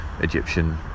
Egyptian